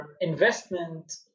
investment